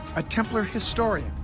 a templar historian,